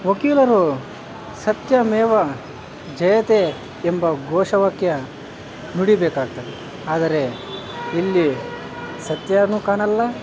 ವಕೀಲರು ಸತ್ಯಮೇವ ಜಯತೇ ಎಂಬ ಘೋಷವಾಕ್ಯ ನುಡಿಬೇಕಾಗ್ತದೆ ಆದರೆ ಇಲ್ಲಿ ಸತ್ಯಾನು ಕಾಣಲ್ಲ